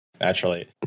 Naturally